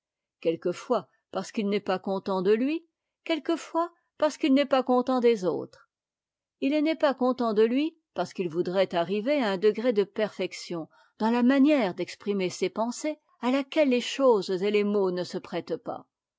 quelquefois parce qu'il n'est pas content de lui quelquefois parce qu'il n'est pas content des autres il n'est pas content de lui parce qu'il voudrait arriver à un degré de perfection dans la manière d'exprimer ses pensées à la quelle les choses et les mots ne se prêtent pas